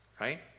right